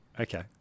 Okay